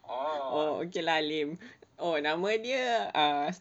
oh okay lah lame oh nama dia uh